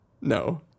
No